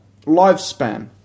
lifespan